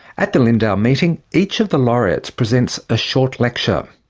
at the lindau meeting each of the laureates presents a short lecture.